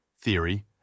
theory